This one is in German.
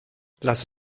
lass